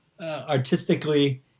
artistically